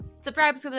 Subscribe